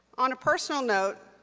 on a personal note,